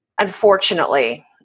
unfortunately